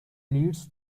leads